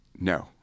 No